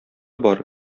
бар